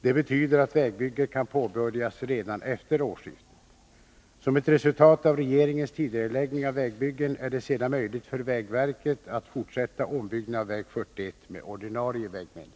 Det betyder att vägbygget kan påbörjas redan efter årsskiftet. Som resultat av regeringens tidigareläggning av vägbyggen är det sedan möjligt för vägverket att fortsätta ombyggnaden av väg 41 med ordinarie vägmedel.